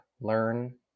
learn